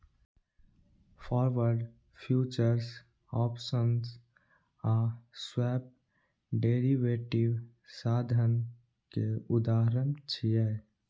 forward, futures, options आ swap derivative साधन के उदाहरण छियै